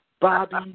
Bobby